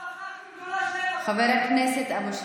חבר הכנסת אבו שחאדה,